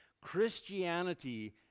Christianity